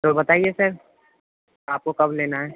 تو بتائیے سر آپ کو کب لینا ہے